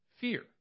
fear